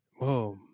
Whoa